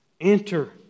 Enter